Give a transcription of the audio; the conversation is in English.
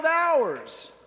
hours